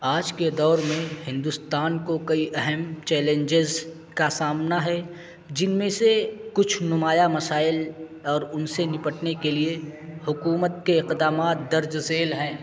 آج کے دور میں ہندوستان کو کئی اہم چیلینجز کا سامنا ہے جن میں سے کچھ نمایاں مسائل اور ان سے نپٹنے کے لیے حکومت کے اقدامات درج ذیل ہیں